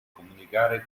comunicare